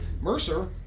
Mercer